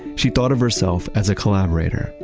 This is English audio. she thought of herself as a collaborator.